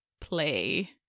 play